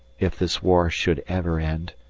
if this war should ever end,